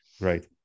Right